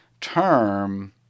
term